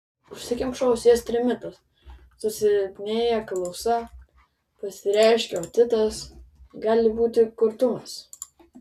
užsikemša ausies trimitas susilpnėja klausa pasireiškia otitas gali būti kurtumas